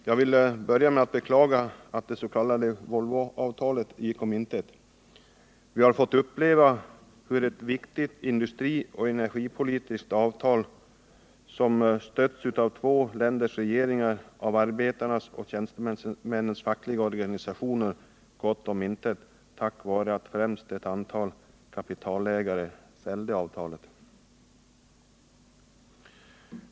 Herr talman! Jag vill börja med att beklaga att det s.k. Volvoavtalet gick om intet. Vi har fått uppleva hur ett viktigt industrioch energipolitiskt avtal, som stöddes av två länders regeringar och av arbetarnas och tjänstemännens fackliga organisationer, gick om intet, främst på grund av att ett antal kapitalägare fällde det.